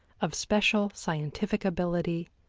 of special scientific ability,